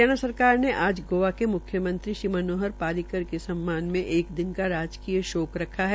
हरियाणा सरकार ने आज गोवा के मुख्यमंत्री श्री मनोहर पर्रिकर के समान में एक दिन का राजकीय शोक रखा है